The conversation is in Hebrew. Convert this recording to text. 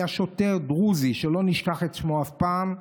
היה שוטר דרוזי שלא נשכח את שמו אף פעם,